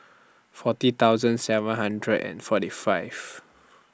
forty thousand seven hundred and forty five